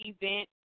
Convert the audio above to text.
event